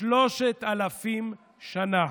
שלושת אלפים שנה.